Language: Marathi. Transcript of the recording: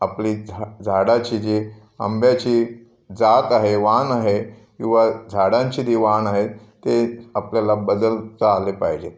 आपली झा झाडाची जी आंब्याची जात आहे वाण आहे किवा झाडांची जी वाण आहे ते आपल्याला बदलता आले पाहिजेत